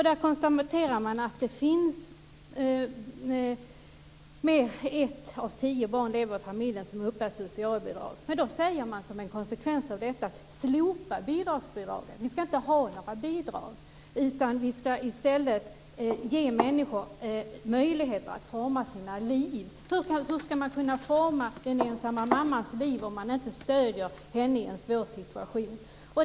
Där konstaterar man att ett av tio barn lever i familjer som uppbär socialbidrag. Som en konsekvens av detta säger man: Slopa bidragen. Vi ska inte ha några bidrag. Vi ska i stället ge människor möjligheter att forma sina liv. Hur ska den ensamma mamman kunna forma sitt liv om man inte stöder henne i en svår situation?